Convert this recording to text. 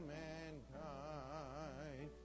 mankind